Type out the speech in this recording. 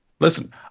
Listen